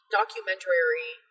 documentary